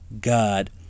god